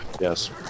Yes